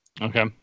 Okay